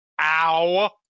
ow